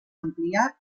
ampliar